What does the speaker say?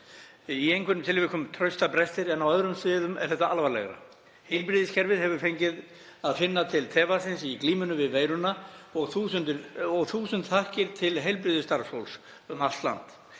í einhverjum tilvikum traustabrestir en á öðrum sviðum er það alvarlegra. Heilbrigðiskerfið hefur fengið að finna til tevatnsins í glímunni við veiruna. Þúsund þakkir til heilbrigðisstarfsfólks um allt land.